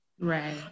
Right